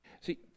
See